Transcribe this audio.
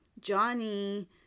Johnny